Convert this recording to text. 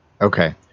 Okay